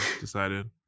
Decided